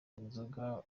inzoga